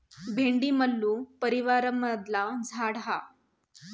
भेंडी मल्लू परीवारमधला झाड हा